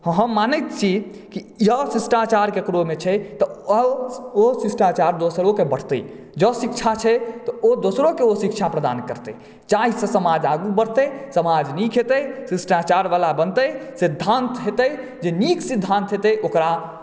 आ हम मानैत छी जॅं शिष्टाचार ककरो मे छै तऽ ओ शिष्टाचार दोसरोकेँ बढ़तै जँ शिक्षा छै तऽ ओ दोसरोकेँ शिक्षा प्रदान करतै जाहिसँ समाज आगू बढ़तै समाज नीक हेतै शिष्टाचार वाला बनतै सिद्धान्त हेतै जे नीक सिद्धान्त हेतै ओकरा